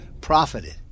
profited